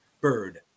Bird